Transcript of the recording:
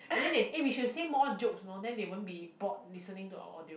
and then they eh we should say more jokes then they won't be bored listening to our audio